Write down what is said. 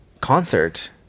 concert